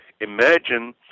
imagine